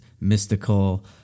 mystical